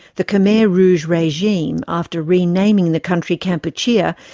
the khmer rouge regime, after renaming the country kampuchea,